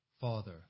Father